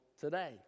today